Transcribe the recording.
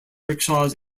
rickshaws